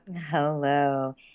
Hello